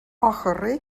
ахыры